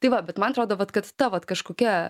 tai va bet man atrodo vat kad ta vat kažkokia